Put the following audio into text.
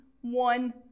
one